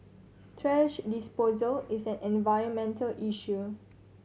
thrash disposal is an environmental issue